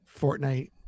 Fortnite